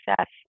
success